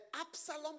Absalom